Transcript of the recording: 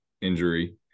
injury